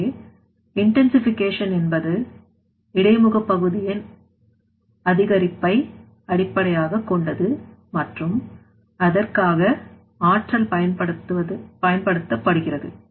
எனவே இன்டன்சிஃபிகேஷன் என்பது இடைமுக பகுதியின் அதிகரிப்பை அடிப்படையாகக் கொண்டது மற்றும் அதற்காக ஆற்றல் பயன்படுத்தப்படுகிறது